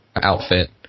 outfit